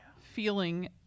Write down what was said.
feeling